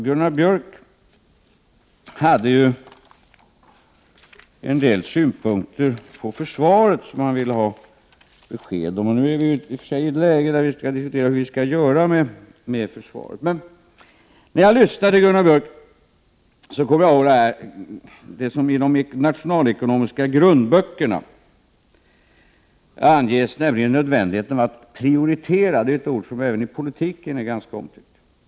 Gunnar Björk hade en del synpunkter på försvaret och en del punkter där han ville ha besked. Vi är i och för sig i ett läge där vi skall diskutera hur vi skall göra med försvaret, men när jag lyssnade till Gunnar Björk kom jag ihåg det som anges i de nationalekonomiska grundböckerna, nämligen nödvändigheten av att prioritera. Det är ett ord som även i politiken är ganska omtyckt.